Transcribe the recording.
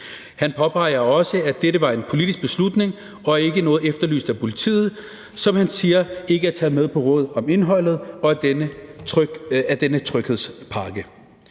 Han påpeger også, at dette var en politisk beslutning og ikke noget, som var efterlyst af politiet, der, som han siger, ikke er taget med på råd om indholdet i denne tryghedspakke.